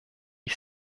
ich